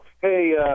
hey